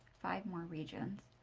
five more regions.